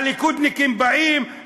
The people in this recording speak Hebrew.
הליכודניקים באים,